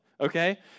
okay